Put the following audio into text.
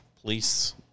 police